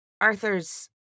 Arthur's